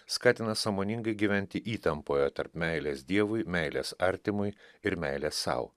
skatina sąmoningai gyventi įtampoje tarp meilės dievui meilės artimui ir meilės sau